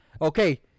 Okay